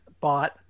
bought